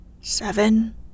Seven